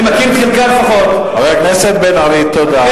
אני מכיר את חלקה לפחות, חבר הכנסת בן-ארי, תודה.